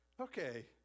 okay